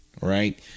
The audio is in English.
right